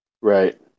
Right